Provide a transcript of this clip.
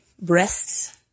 breasts